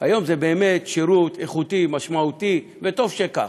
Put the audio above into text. היום זה באמת שירות איכותי, משמעותי, וטוב שכך.